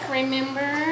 remember